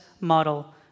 model